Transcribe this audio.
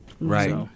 right